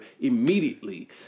immediately